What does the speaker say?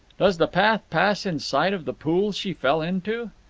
does the path pass in sight of the pool she fell into?